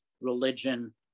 religion